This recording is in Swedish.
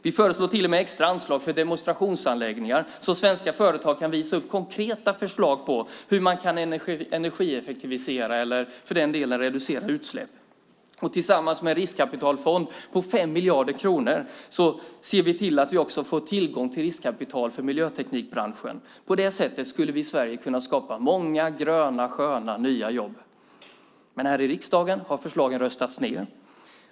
Vi föreslår till och med extra anslag för demonstrationsanläggningar, så att svenska företag kan visa upp konkreta förslag på hur man kan energieffektivisera eller, för den delen, reducera utsläpp. Tillsammans med en riskkapitalfond på 5 miljarder kronor ser vi till att vi också får tillgång till riskkapital för miljöteknikbranschen. På det sättet skulle vi i Sverige kunna skapa många gröna, sköna nya jobb. Men här i riksdagen har förslagen röstats ned.